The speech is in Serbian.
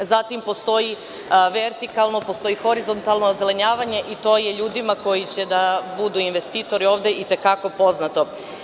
Zatim, postoji vertikalno i postoji horizontalno ozelenjavanje, što je ljudima koji će da budu investitori ovde i te kako poznato.